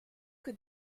que